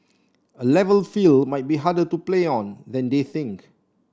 A Level field might be harder to play on than they think